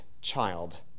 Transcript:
child